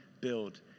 build